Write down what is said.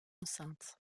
enceinte